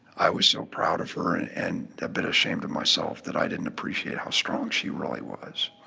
i was so proud of her and a bit ashamed of myself that i didn't appreciate how strong she really was.